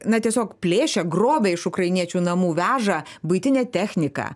na tiesiog plėšia grobia iš ukrainiečių namų veža buitinę techniką